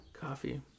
coffee